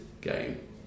game